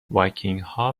وایکینگها